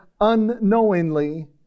unknowingly